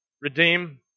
redeem